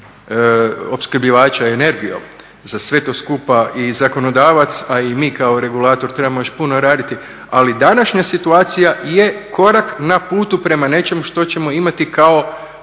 opskrbljivača energijom. Za sve to skupa i zakonodavac a i mi kao regulator trebamo još puno raditi ali današnja situacija je korak na putu prema nečemu što ćemo imati kao